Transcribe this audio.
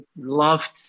loved